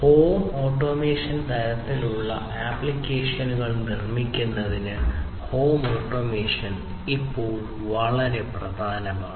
home automation തരത്തിലുള്ള ആപ്ലിക്കേഷനുകൾ നിർമ്മിക്കുന്നതിന് ഹോം ഓട്ടോമേഷൻ ഇപ്പോൾ വളരെ പ്രധാനമാണ്